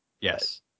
yes